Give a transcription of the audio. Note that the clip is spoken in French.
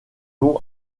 nom